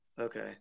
Okay